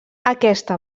aquesta